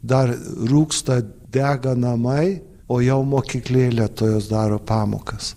dar rūksta dega namai o jau mokyklėlė tuojaus daro pamokas